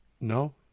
No